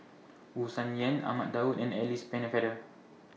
Wu Tsai Yen Ahmad Daud and Alice Pennefather